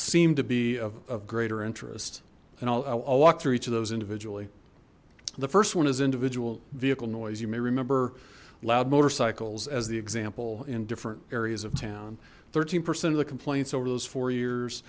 seemed to be of greater interest and i'll walk through each of those individually the first one is individual vehicle noise you may remember loud motorcycles as the example in different areas of town thirteen percent of the complaints over those four years